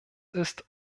ist